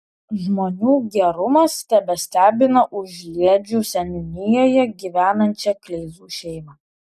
žmonių gerumas tebestebina užliedžių seniūnijoje gyvenančią kleizų šeimą